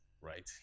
right